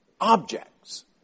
objects